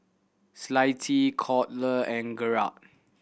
Clytie Colter and Gerhard